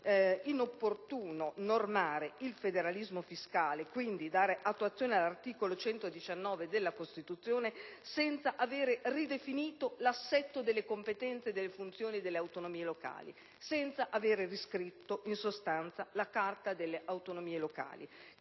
inopportuno normare il federalismo fiscale, dando attuazione all'articolo 119 della Costituzione, senza avere ridefinito l'assetto delle competenze e delle funzioni delle autonomie locali; senza aver riscritto, in sostanza, la Carta delle autonomie locali.